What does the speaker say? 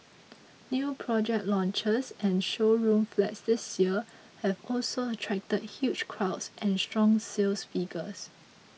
new project launches and showroom flats this year have also attracted huge crowds and strong sales figures